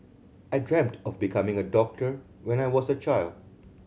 I dreamt of becoming a doctor when I was a child